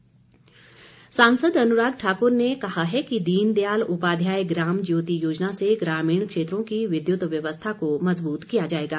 अनुराग सांसद अनुराग ठाक्र ने कहा है कि दीन दयाल उपाध्याय ग्राम ज्योति योजना से ग्रामीण क्षेत्रों की विद्युत व्यवस्था को मजबूत किया जाएगा